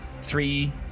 three